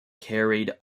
carried